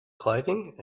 clothing